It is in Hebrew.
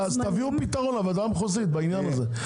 --- אז תביאו פתרון לוועדה המחוזית בעניין הזה.